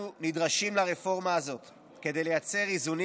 אנחנו נדרשים לרפורמה הזאת כדי לייצר איזונים